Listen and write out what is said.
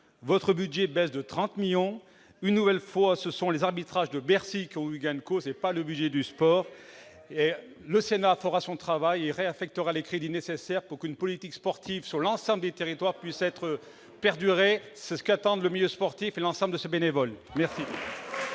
votre budget baisse de 30 millions d'euros. Une nouvelle fois, ce sont les arbitrages de Bercy qui ont eu gain de cause, et non le budget du sport. Eh oui ! Le Sénat fera donc son travail, en réaffectant les crédits nécessaires pour qu'une politique sportive sur l'ensemble des territoires puisse perdurer : c'est ce qu'attendent le milieu sportif et l'ensemble de ses bénévoles !